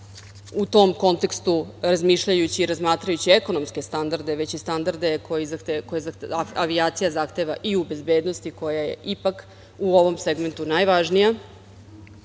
u tom kontekstu razmišljajući i razmatrajući ekonomske standarde, već i standarde koje avijacija zahteva i u bezbednosti koja je ipak u ovom segmentu najvažnija. Ja